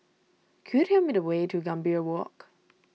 could you tell me the way to Gambir Walk